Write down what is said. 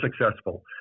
successful